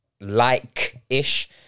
like-ish